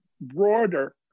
broader